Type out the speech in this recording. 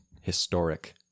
Historic